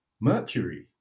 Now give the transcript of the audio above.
Mercury